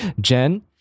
Jen